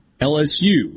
LSU